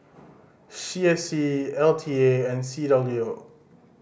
C S C L T A and C W O